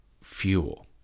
fuel